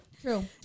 true